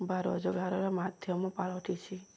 ବା ରୋଜଗାରର ମାଧ୍ୟମ ପାଲଟିିଛି